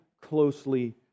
closely